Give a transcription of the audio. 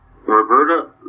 Roberta